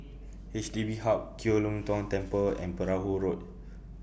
H D B Hub Kiew Lee Tong Temple and Perahu Road